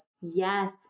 yes